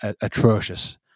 atrocious